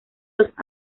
los